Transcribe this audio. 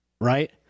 right